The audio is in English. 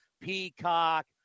Peacock